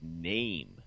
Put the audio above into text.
name